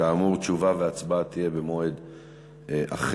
כאמור, תשובה והצבעה יהיו במועד אחר.